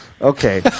Okay